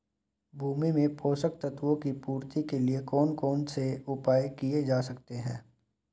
भूमि में पोषक तत्वों की पूर्ति के लिए कौन कौन से उपाय किए जा सकते हैं?